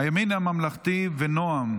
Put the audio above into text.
הימין הממלכתי ונעם.